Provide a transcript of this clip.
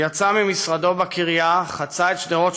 הוא יצא ממשרדו בקריה וחצה את שדרות